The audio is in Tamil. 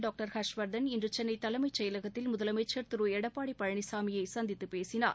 டாக்டர் ஹர்ஷ்வர்தன் இன்று சென்னை தலைமைச் செயலகத்தில் முதலனமச்சர் திரு எடப்பாடி பழனிசாமியை சந்தித்து பேசினார்